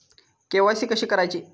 KYC कशी करायची?